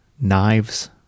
knives